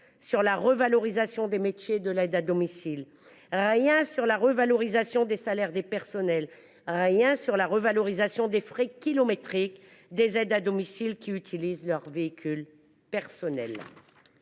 sur la revalorisation des métiers de l’aide à domicile, rien sur la revalorisation des salaires des personnels, rien sur la revalorisation des frais kilométriques des aides à domicile qui utilisent leur véhicule personnel